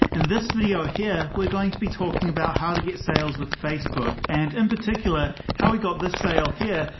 in this video here. we're going to be talking about how to get sales with facebook and in particular how we got this sale here.